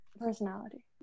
Personality